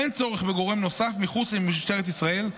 אין צורך בגורם נוסף מחוץ למשטרת ישראל.